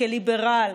כליברל,